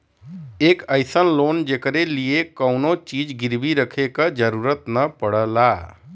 एक अइसन लोन जेकरे लिए कउनो चीज गिरवी रखे क जरुरत न पड़ला